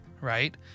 right